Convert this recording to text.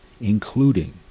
including